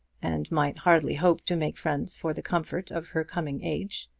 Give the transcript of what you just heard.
and might hardly hope to make friends for the comfort of her coming age.